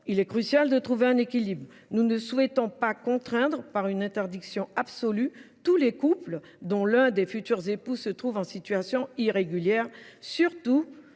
il est crucial de trouver un équilibre. Nous ne souhaitons pas contraindre par une interdiction absolue tous les couples dont l’un des futurs époux se trouve en situation irrégulière, surtout